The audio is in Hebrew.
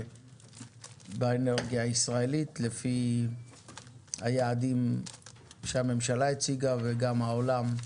באנרגיה הישראלית לפי היעדים שהממשלה הציגה וגם העולם.